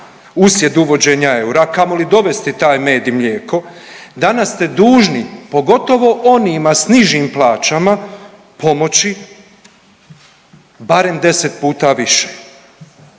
uslijed uvođenja eura, a kamoli dovesti taj med i mlijeko, danas ste dužni, pogotovo onima s nižim plaćama, pomoći barem 10 puta više.